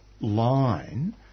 line